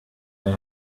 they